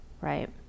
right